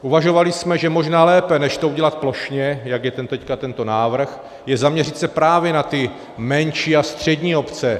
Uvažovali jsme, že možná lépe než to udělat plošně, jak je teď tento návrh, je zaměřit se právě na ty menší a střední obce.